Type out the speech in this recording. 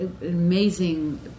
amazing